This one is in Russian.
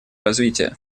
развития